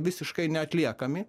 visiškai neatliekami